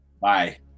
bye